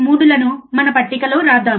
3 లను మన పట్టికలో వ్రాద్దాం